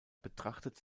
betrachtet